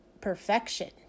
perfection